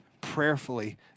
prayerfully